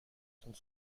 sont